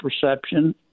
perception